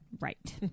Right